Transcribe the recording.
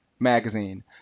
Magazine